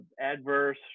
adverse